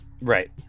Right